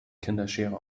kinderschere